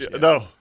No